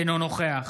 אינו נוכח